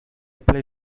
play